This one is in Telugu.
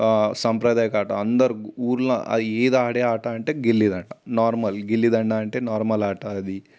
సాంప్రదాయక ఆట అందరు ఊళ్ళో అది ఏది ఆడే ఆట అంటే గిల్లిదండ నార్మల్ గిల్లిదండ అంటే నార్మల్ ఆట అది